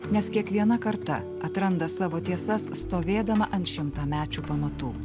nes kiekviena karta atranda savo tiesas stovėdama ant šimtamečių pamatų